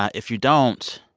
ah if you don't,